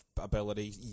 ability